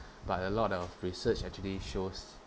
but a lot of research actually shows